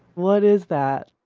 what is that?